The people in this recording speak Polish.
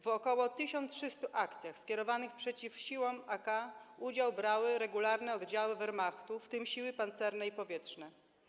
W ok. 1300 akcjach skierowanych przeciw siłom AK udział brały regularne oddziały Wehrmachtu, w tym siły pancerne i powietrzne.